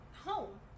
home